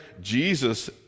Jesus